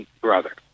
brother